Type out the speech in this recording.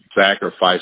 Sacrifice